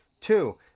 Two